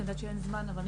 אני